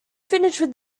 finished